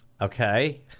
Okay